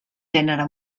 gènere